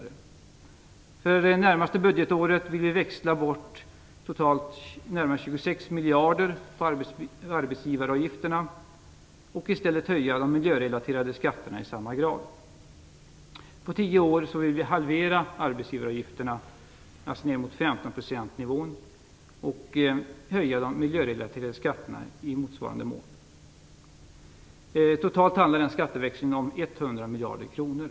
För det närmaste budgetåret vill vi växla bort totalt närmare 26 miljarder på arbetsgivaravgifterna och i stället höja de miljörelaterade skatterna i samma grad. Totalt handlar det om en skatteväxling om 100 miljarder kronor.